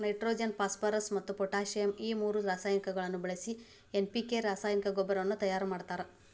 nitrogen phosphorus ಮತ್ತ್ potassium ಈ ಮೂರು ರಾಸಾಯನಿಕಗಳನ್ನ ಬಳಿಸಿ ಎನ್.ಪಿ.ಕೆ ರಾಸಾಯನಿಕ ಗೊಬ್ಬರವನ್ನ ತಯಾರ್ ಮಾಡ್ತಾರ